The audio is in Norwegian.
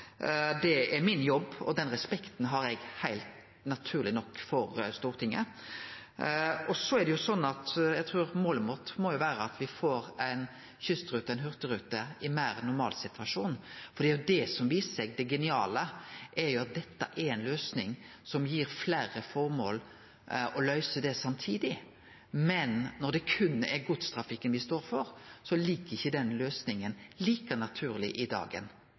Det er min jobb, og den respekten har eg naturleg nok for Stortinget. Målet vårt må jo vere at me får kystruta og Hurtigruten over i ein meir normal situasjon, for det er jo det som viser seg å vere det geniale, at dette er ei løysing som gir fleire formål, og løyser det samtidig, men når det berre er godstrafikken dei står for, ligg ikkje den løysinga like naturleg i dagen.